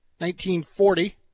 1940